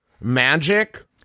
magic